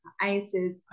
Isis